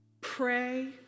Pray